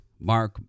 mark